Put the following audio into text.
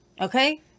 Okay